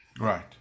right